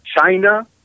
China